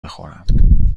بخورم